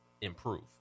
improve